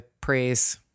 praise